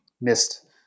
missed